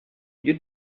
you